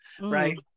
right